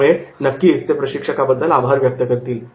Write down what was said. यामुळे नक्कीच ते प्रशिक्षकाबद्दल आभार व्यक्त करतील